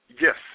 Yes